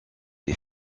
est